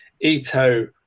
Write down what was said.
Ito